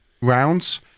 rounds